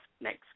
next